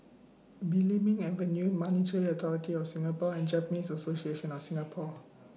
Belimbing Avenue Monetary Authority of Singapore and Japanese Association of Singapore